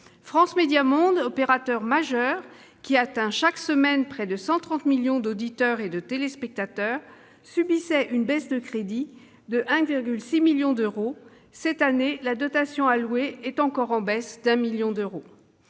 France Médias Monde, opérateur majeur qui atteint chaque semaine près de 130 millions d'auditeurs et de téléspectateurs, subissait une baisse de crédits de 1,6 million d'euros. Cette année, la dotation allouée est encore en baisse de 1 million d'euros.